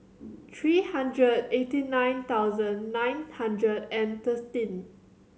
three hundred eighty nine thousand nine hundred and thirteen